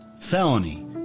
felony